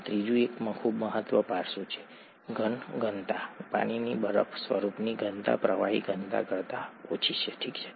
આ ત્રીજું એક ખૂબ જ મહત્વપૂર્ણ પાસું છે ઘન ઘનતા પાણીના બરફ સ્વરૂપની ઘનતા પ્રવાહી ઘનતા કરતા ઓછી છે ઠીક છે